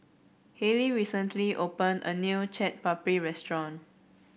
Hallie recently opened a new Chaat Papri restaurant